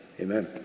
amen